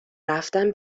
رفتن